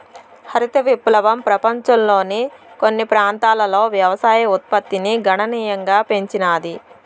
హరిత విప్లవం పపంచంలోని కొన్ని ప్రాంతాలలో వ్యవసాయ ఉత్పత్తిని గణనీయంగా పెంచినాది